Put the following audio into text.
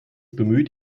bemüht